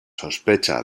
sospecha